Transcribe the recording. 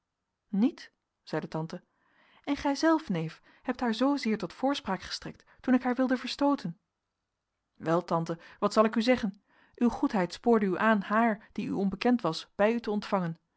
niet zeide tante en gijzelf neef hebt haar zoozeer tot voorspraak gestrekt toen ik haar wilde verstooten wel tante wat zal ik u zeggen uw goedheid spoorde u aan haar die u onbekend was bij u te ontvangen